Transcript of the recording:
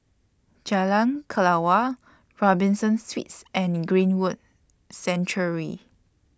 Jalan Kelawar Robinson Suites and Greenwood Sanctuary